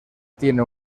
tiene